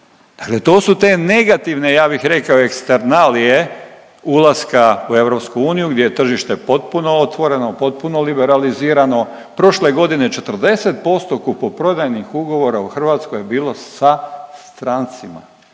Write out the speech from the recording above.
Dakle to su te negativne, ja bih rekao, eksternalije ulaska u EU gdje je tržište potpuno otvoreno, potpuno liberalizirano, prošle godine 40% kupoprodajnih ugovora u Hrvatskoj je bilo sa strancima,